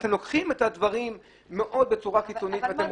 אתם לוקחים את הדברים מאוד בצורה קיצונית ואתם